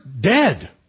dead